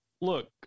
look